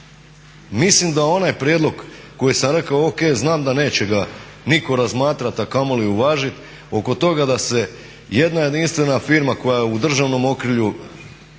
Mislim da onaj prijedlog koji sam rekao O.K. znam da neće ga nitko razmatrati a kamoli uvažiti oko toga da se jedna jedinstvena firma koja je u državnom okrilju